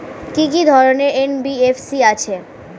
কি কি ধরনের এন.বি.এফ.সি আছে?